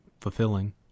fulfilling